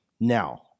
Now